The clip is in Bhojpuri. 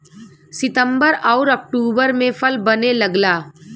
सितंबर आउर अक्टूबर में फल बने लगला